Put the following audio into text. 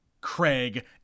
Craig